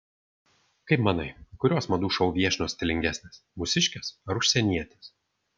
kaip manai kurios madų šou viešnios stilingesnės mūsiškės ar užsienietės